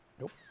Nope